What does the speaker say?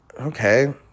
okay